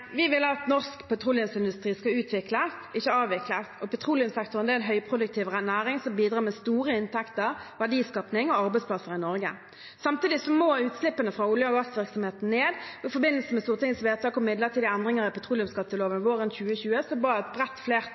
vil at norsk petroleumsindustri skal utvikles, ikke avvikles. Petroleumssektoren er en høyproduktiv næring som bidrar med store inntekter, verdiskaping og arbeidsplasser i Norge. Samtidig må utslippene fra olje- og gassvirksomheten ned. I forbindelse med Stortingets vedtak om midlertidige endringer i petroleumsskatteloven våren 2020